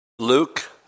Luke